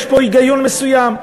יש בו היגיון מסוים.